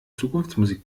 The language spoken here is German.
zukunftsmusik